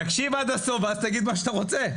תקשיב עד הסוף, ואז תגיד מה שאתה רוצה.